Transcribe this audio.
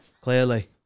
clearly